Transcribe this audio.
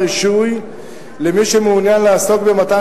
קבע חובת רישוי למי שמעוניין לעסוק במתן